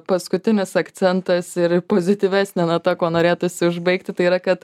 paskutinis akcentas ir pozityvesnė nata kuo norėtųsi užbaigti tai yra kad